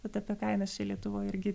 bet apie kainas čia lietuvoj irgi